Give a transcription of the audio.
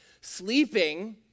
Sleeping